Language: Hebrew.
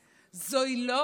זוהי לא רפורמה,